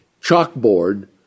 chalkboard